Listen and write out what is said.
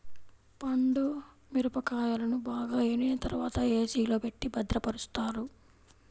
పండు మిరపకాయలను బాగా ఎండిన తర్వాత ఏ.సీ లో పెట్టి భద్రపరుస్తారు